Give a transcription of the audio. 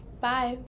Bye